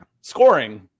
scoring